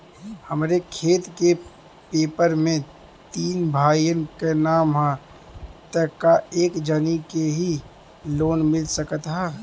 हमरे खेत के पेपर मे तीन भाइयन क नाम ह त का एक जानी के ही लोन मिल सकत ह?